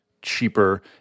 cheaper